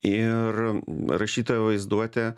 ir rašytojo vaizduotė